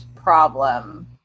problem